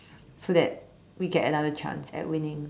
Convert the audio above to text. so that we get another chance at winning